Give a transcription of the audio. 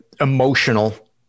emotional